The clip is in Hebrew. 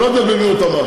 אני לא יודע במי הוא תמך,